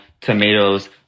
tomatoes